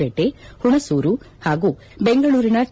ಪೇಟೆ ಹುಣಸೂರು ಹಾಗೂ ಬೆಂಗಳೂರಿನ ಕೆ